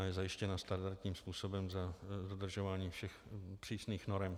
Je zajištěna standardním způsobem za dodržování všech přísných norem.